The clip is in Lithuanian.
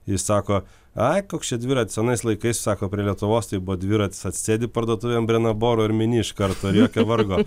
jis sako ai koks čia dviratis anais laikais sako prie lietuvos tai buvo dviratis atsisėdi parduotuvėn ant brenaboro ir mini iš karto ir jokio vargo